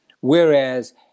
Whereas